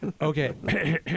Okay